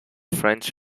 french